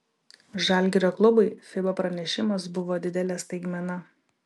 žalgirio klubui fiba pranešimas buvo didelė staigmena